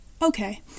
Okay